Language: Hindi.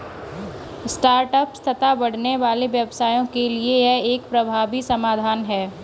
स्टार्ट अप्स तथा बढ़ने वाले व्यवसायों के लिए यह एक प्रभावी समाधान है